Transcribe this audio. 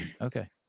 Okay